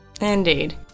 indeed